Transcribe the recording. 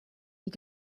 die